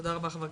תודה ח"כ שטרית.